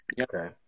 Okay